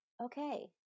okay